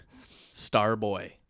Starboy